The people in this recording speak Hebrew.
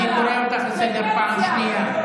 אני קורא אותך לסדר בפעם השנייה.